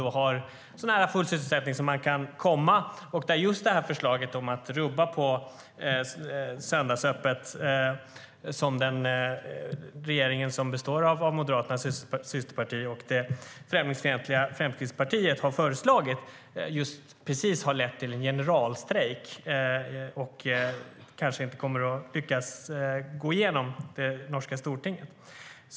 Där har man så nära full sysselsättning som man kan komma. Just förslaget att rubba på förbudet mot söndagsöppet som regeringen som består av Moderaternas systerparti och det främlingsfientliga Fremskrittspartiet har fört fram har precis lett till en generalstrejk, och det kanske inte kommer att lyckas gå igenom i det norska Stortinget.